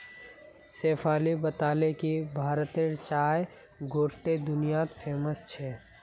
शेफाली बताले कि भारतेर चाय गोट्टे दुनियात फेमस छेक